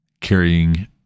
carrying